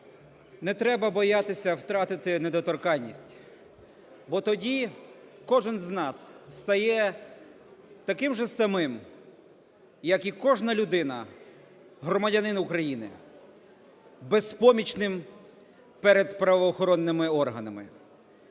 Не треба боятися втратити недоторканність, бо тоді кожен з нас стає таким же самим, як і кожна людина, громадянин України, безпомічним перед правоохоронними органами,